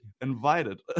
invited